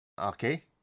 Okay